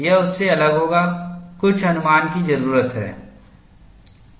यह उससे अलग होगा कुछ अनुमान की जरूरत है